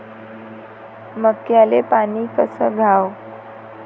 मक्याले पानी कस द्याव?